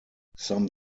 some